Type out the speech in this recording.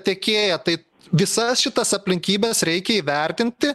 tiekėją tai visas šitas aplinkybes reikia įvertinti